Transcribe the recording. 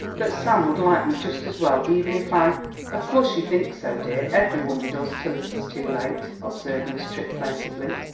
that sam would like me just as well even if i of course you think so, dear, every woman does till it is too late, observed miss tripp plaintively.